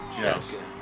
Yes